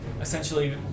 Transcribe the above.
essentially